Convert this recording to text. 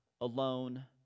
alone